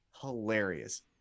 hilarious